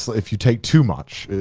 if you take too much,